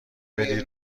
میدی